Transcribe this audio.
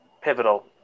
pivotal